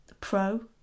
pro